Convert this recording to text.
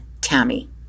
Tammy